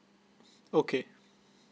okay